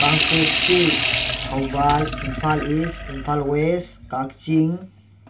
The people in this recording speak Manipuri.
Kangpokpi Thoubal Imphal east Imphal west Kakching